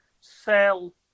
sell